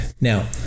Now